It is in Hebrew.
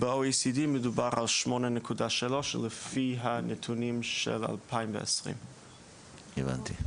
ב-OECD מדובר על 8.3 לפי הנתונים של 2020. הבנתי,